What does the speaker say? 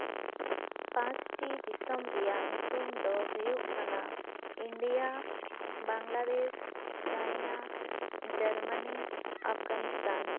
ᱯᱟᱸᱪᱴᱤ ᱫᱤᱥᱚᱢ ᱨᱮᱭᱟᱜ ᱧᱩᱛᱩᱢ ᱫᱚ ᱦᱩᱭᱩᱜ ᱠᱟᱱᱟ India Bangladesh China Germany Afghanistan